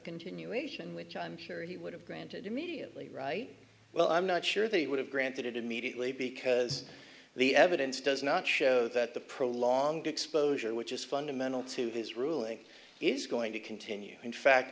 continuation which i'm sure he would have granted immediately right well i'm not sure they would have granted it immediately because the evidence does not show that the prolonged exposure which is fundamental to this ruling is going to continue in fact